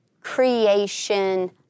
creation